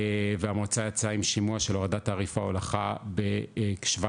והמועצה יצאה עם שימוע של הורדת תעריף ההולכה ב- 17%,